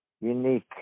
unique